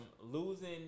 losing